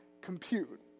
compute